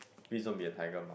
please don't be a tiger mum